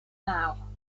now